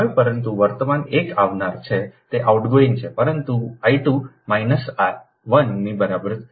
હવે પરંતુ વર્તમાન 1 આવનાર છે તે આઉટગોઇંગ છે પરંતુ I 2 માઈનસ 1 ની બરાબર છે